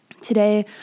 Today